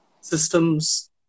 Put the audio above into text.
systems